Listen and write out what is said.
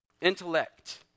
intellect